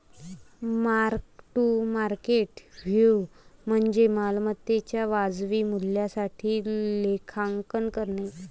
mark to market value म्हणजे मालमत्तेच्या वाजवी मूल्यासाठी लेखांकन करणे